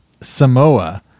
Samoa